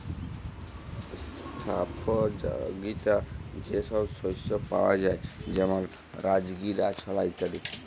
স্বাস্থ্যপ যগীতা যে সব শস্য পাওয়া যায় যেমল রাজগীরা, ছলা ইত্যাদি